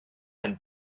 and